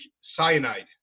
cyanide